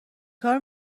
کار